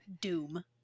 Doom